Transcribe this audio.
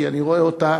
כי אני רואה אותה